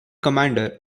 commander